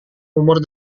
umur